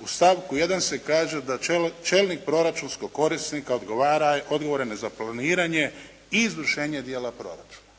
U stavku 1. se kaže da čelnik proračunskog korisnika odgovara, odgovoran je za planiranje i izvršenje dijela proračuna.